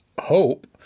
hope